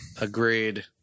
Agreed